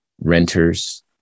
renters